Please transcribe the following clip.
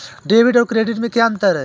Debit और credit में क्या अंतर है?